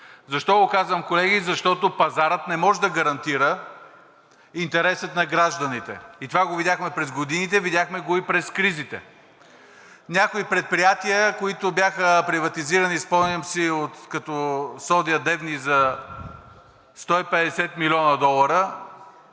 Защо го казвам, колеги?! Защото пазарът не може да гарантира интереса на гражданите и това го видяхме през годините, видяхме го и през кризите. Някои предприятия, които бяха приватизирани, спомням си като „Соди“ – Девня, за 150 млн. долара,